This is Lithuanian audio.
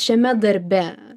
šiame darbe